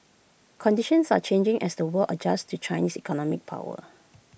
conditions are changing as the world adjusts to Chinese economic power